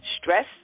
stress